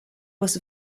was